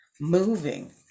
moving